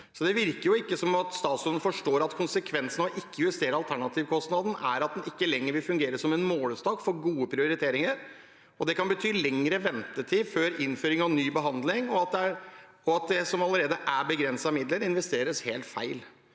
Det virker ikke som statsråden forstår at konsekvensen av å ikke justere alternativkostnaden er at den ikke lenger vil fungere som en målestokk for gode prioriteringer. Det kan bety lengre ventetid før innføring av ny behandling og at det som allerede er begrensede midler, investeres helt feil.